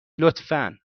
لطفا